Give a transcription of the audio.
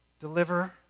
deliver